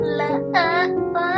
love